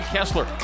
Kessler